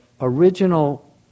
original